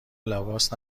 لباس